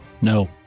No